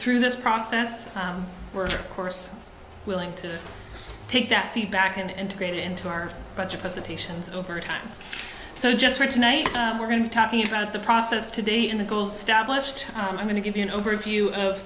through this process we're course willing to take that feedback and integrate it into our budget presentations over time so just for tonight we're going to talking about the process today and the goal stablished i'm going to give you an overview of